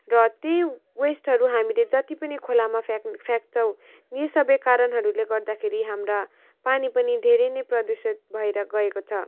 र ती वेस्टहरू हामीले जति पनि खोलामा फ्याँक्यौँ फ्याँक्छौँ यही सबै कारणहरूले गर्दाखेरि हाम्रा पानी पनि धेरै नै प्रदूषित भएर गएको छ